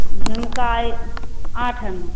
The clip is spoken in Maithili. झुमका एक आठ आना